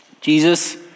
Jesus